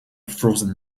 frozen